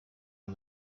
and